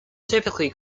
typically